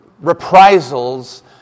reprisals